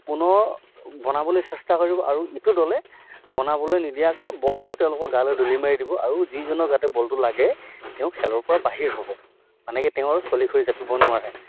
পুনৰ বনাবলৈ চেষ্টা কৰিব আৰু ইটো দলে বনাবলৈ নিদিয়াকৈ বলটো তেওঁলোকৰ গালৈ দুলি মাৰি দিব আৰু যিজনৰ গাতে বলটো লাগে তেওঁ খেলৰপৰা বাহিৰ হ'ব মানে কি তেওঁ আৰু চলি খৰি জাঁপিব নোৱাৰে